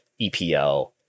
EPL